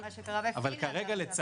--- מה שקרה ב --- אבל כרגע לצערי